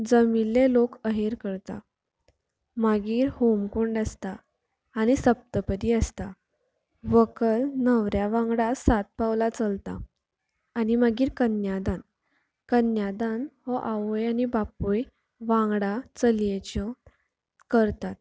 जमिल्ले लोक अहेर करतात मागीर होमकूंड आसता आनी सप्तपदी आसता व्हंकल न्हवऱ्या वांगडा सात पावलां चलता आनी मागीर कन्यादान कन्यादान हो आवय आनी बापूय वांगडा चलयेच्यो करतात